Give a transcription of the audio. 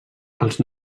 els